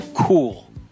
cool